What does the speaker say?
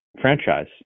franchise